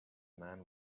man